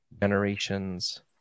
generations